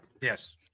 Yes